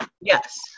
Yes